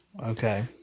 Okay